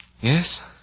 Yes